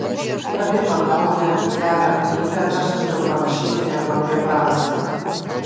apie pagaulią gerą knygą dar sunkiau parašyti negu apie prastą